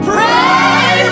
Pray